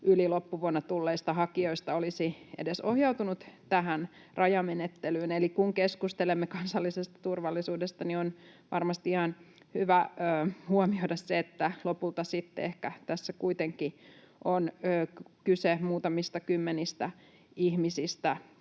yli loppuvuonna tulleista hakijoista olisi edes ohjautunut tähän rajamenettelyyn. Eli kun keskustelemme kansallisesta turvallisuudesta, niin on varmasti ihan hyvä huomioida se, että lopulta sitten ehkä tässä kuitenkin on kyse muutamista kymmenistä ihmisistä,